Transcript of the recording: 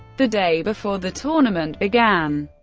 the day before the tournament began,